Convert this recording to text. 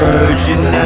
Virgin